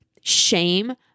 shame